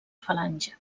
falange